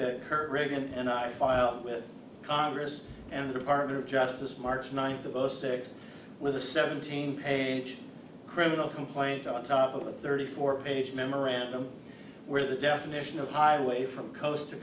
that kurt reagan and i filed with congress and the department of justice march ninth of zero six with a seventeen page criminal complaint on top of a thirty four page memorandum where the definition of highway from coast to